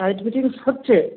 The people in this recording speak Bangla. টাইট ফিটিংস হচ্ছে